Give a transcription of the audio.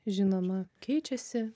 žinoma keičiasi